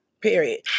period